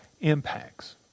impacts